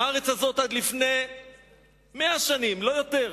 שהארץ הזאת, עד לפני 100 שנים, לא יותר,